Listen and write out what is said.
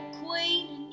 queen